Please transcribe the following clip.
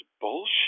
bullshit